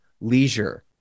leisure